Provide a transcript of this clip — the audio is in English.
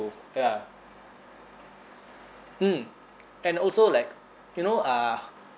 ya mm and also like you know uh